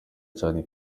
cyane